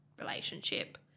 relationship